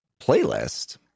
playlist